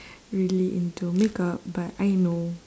really into makeup but I know